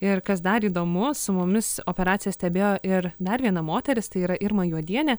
ir kas dar įdomu su mumis operaciją stebėjo ir dar viena moteris tai yra irma juodienė